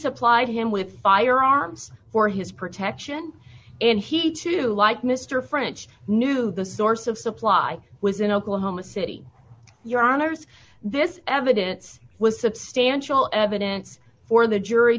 supplied him with firearms for his protection and he too like mr french knew the source of supply was in oklahoma city your honour's this evidence was substantial evidence for the jury